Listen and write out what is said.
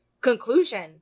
conclusion